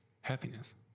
Happiness